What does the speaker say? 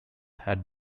had